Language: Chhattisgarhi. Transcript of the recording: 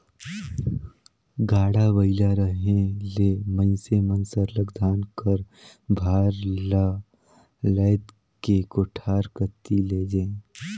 गाड़ा बइला रहें ले मइनसे मन सरलग धान कर भार ल लाएद के कोठार कती लेइजें